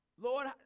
Lord